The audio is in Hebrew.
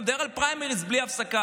מדבר על פריימריז בלי הפסקה.